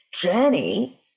journey